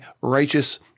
righteous